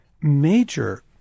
major